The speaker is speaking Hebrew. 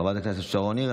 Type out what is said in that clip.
חברת הכנסת שרון ניר,